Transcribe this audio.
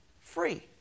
free